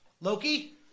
Loki